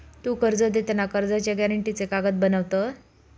तु कर्ज देताना कर्जाच्या गॅरेंटीचे कागद बनवत?